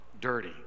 dirty